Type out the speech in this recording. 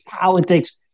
politics